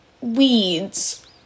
weeds